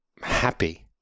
happy